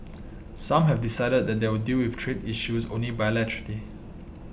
some have decided that they will deal with trade issues only bilaterally